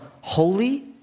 holy